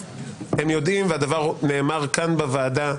והדבר נאמר כאן בוועדה,